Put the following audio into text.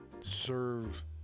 serve